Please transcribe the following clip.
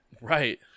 Right